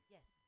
Yes